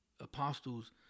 apostles